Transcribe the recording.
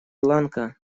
ланка